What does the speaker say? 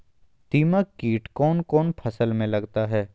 दीमक किट कौन कौन फसल में लगता है?